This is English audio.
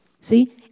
See